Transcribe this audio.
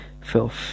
filth